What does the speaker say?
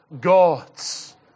gods